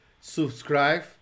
subscribe